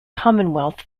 commonwealth